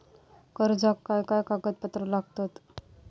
कर्जाक काय काय कागदपत्रा लागतत?